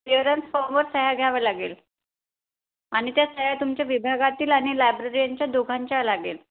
clearance फॉर्मवर सह्या घ्यावं लागेल आणि त्या सह्या तुमच्या विभागातील आणि लायब्ररियनच्या दोघांच्या लागेल